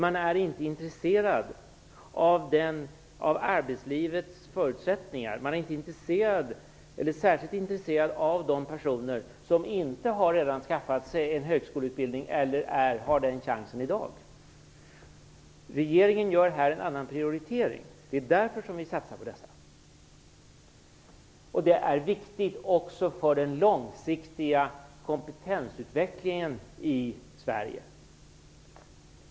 Man är inte intresserad av arbetslivets förutsättningar, man är inte särskilt intresserad av de personer som inte redan skaffat sig en högskoleutbildning eller har den chansen i dag. Regeringen gör här en annan prioritering. Det är därför vi gör denna satsning. Det är viktigt också för den långsiktiga kompetensutvecklingen i Sverige.